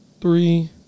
three